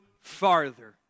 farther